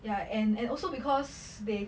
ya and and also because they